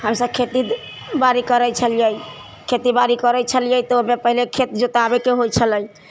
हमसब खेती बाड़ी करै छलियै खेती बाड़ी करै छलियै तऽ ओइमे पहिले खेत जोताबैके होइ छलै